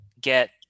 get